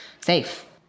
safe